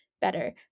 better